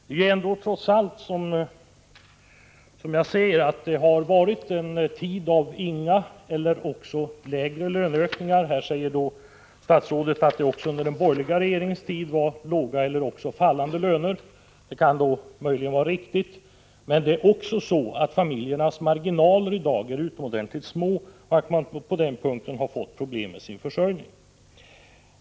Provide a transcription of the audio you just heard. Det har trots allt, som jag säger i min fråga, varit en tid av inga eller lägre löneökningar. Här hävdar statsrådet att lönerna också under den borgerliga regeringens tid var låga eller fallande, vilket möjligen kan vara riktigt. Men familjernas marginaler är i dag utomordentligt små, och familjerna har fått problem med sin försörjning.